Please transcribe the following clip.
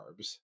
carbs